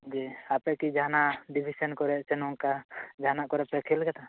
ᱡᱮ ᱟᱯᱮᱠᱤ ᱡᱟᱦᱟᱸᱱᱟᱜ ᱰᱤᱵᱷᱤᱡᱚᱱ ᱠᱚᱨᱮ ᱠᱤ ᱱᱚᱝᱠᱟ ᱡᱟᱦᱟᱸᱱᱟᱜ ᱠᱚᱨᱮ ᱯᱮ ᱠᱷᱮᱞᱟᱠᱟᱫᱟ